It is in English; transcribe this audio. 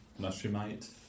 Mushroomite